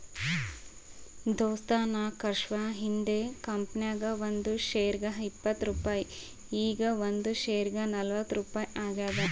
ದೋಸ್ತ ನಾಕ್ವರ್ಷ ಹಿಂದ್ ಕಂಪನಿ ನಾಗ್ ಒಂದ್ ಶೇರ್ಗ ಇಪ್ಪತ್ ರುಪಾಯಿ ಈಗ್ ಒಂದ್ ಶೇರ್ಗ ನಲ್ವತ್ ರುಪಾಯಿ ಆಗ್ಯಾದ್